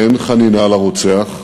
אין חנינה לרוצח,